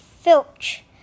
Filch